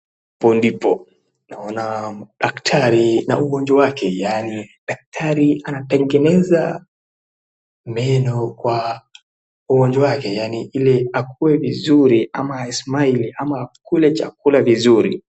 Hapo ndipo naona daktari na mgonjwa wake, yaani daktari anatengeneza meno kwa mgonjwa wake, yani ili akue vizuri ama cs [asmile] cs ama akule chakula vizuri.